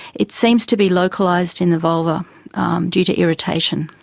it seems to be localised in the vulva due to irritation.